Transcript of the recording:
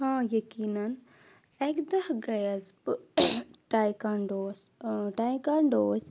آ یَقیٖنَن اَکہِ دۄہ گٔیَس بہٕ ٹَایٚکانٛڈوس ٹاَیٚکانٛڈوز